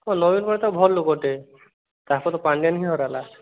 ହଁ ନବୀନ ପଟ୍ଟନାୟକ ଭଲ୍ ଲୋକ୍ଟେ ତାକୁ ପାଣ୍ଡିୟାନ୍ ହିଁ ହରାଇଲା